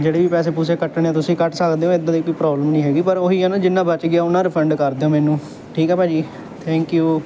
ਜਿਹੜੇ ਵੀ ਪੈਸੇ ਪੂਸੇ ਕੱਟਣੇ ਤੁਸੀਂ ਕੱਟ ਸਕਦੇ ਹੋ ਇੱਦਾਂ ਦੇ ਕੋਈ ਪ੍ਰੋਬਲਮ ਨਹੀਂ ਹੈਗੀ ਪਰ ਉਹੀ ਜਿੰਨਾ ਬਚ ਗਿਆ ਉਹਨਾਂ ਰਿਫੰਡ ਕਰ ਦਿਓ ਮੈਨੂੰ ਠੀਕ ਹੈ ਭਾਅ ਜੀ ਥੈਂਕ ਯੂ